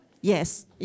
Yes